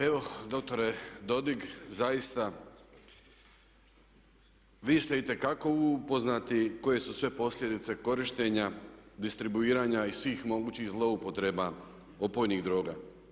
Evo doktore Dodig zaista vi ste itekako upoznati koje su sve posljedice korištenja, distribuiranja i svih mogućih zlouporaba opojnih droga.